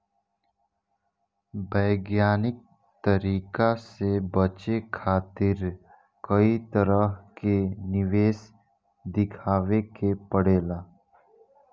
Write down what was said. वैज्ञानिक तरीका से बचे खातिर कई तरह के निवेश देखावे के पड़ेला